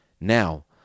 Now